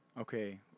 Okay